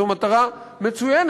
זו מטרה מצוינת,